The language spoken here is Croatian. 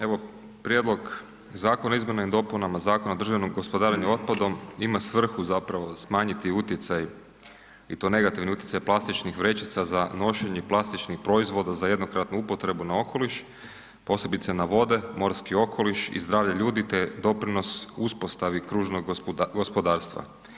Evo Prijedlog zakona o izmjenama i dopunama Zakona o održivom gospodarenju otpadom ima svrhu smanjiti utjecaj i to negativni utjecaj plastičnih vrećica za nošenje i plastičnih proizvoda za jednokratnu upotrebu na okoliš, posebice na vode, morski okoliš, zdravlje ljudi te doprinos uspostavi kružnog gospodarstva.